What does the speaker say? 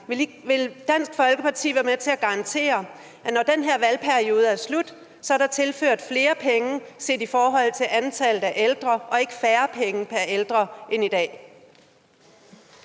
Vil Dansk Folkeparti være med til at garantere, når den her valgperiode er slut, at der er tilført flere penge pr. ældre og ikke færre penge pr. ældre end i dag?